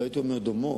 לא הייתי אומר דומות,